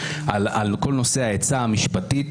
כל נושא העצה המשפטית,